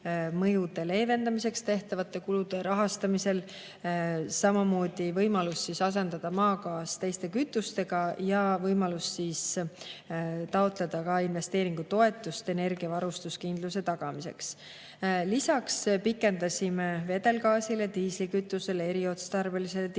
mõjude leevendamiseks tehtavate kulude rahastamisel. Samamoodi on võimalus asendada maagaas teiste kütustega ja taotleda investeeringutoetust energiavarustuskindluse tagamiseks. Lisaks pikendasime vedelgaasile, diislikütusele, eriotstarbelisele diislikütusele,